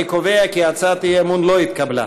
אני קובע כי הצעת האי-אמון לא נתקבלה.